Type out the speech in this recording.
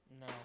No